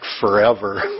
forever